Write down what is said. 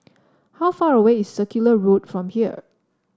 how far away is Circular Road from here